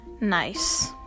Nice